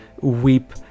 weep